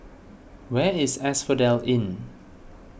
where is Asphodel Inn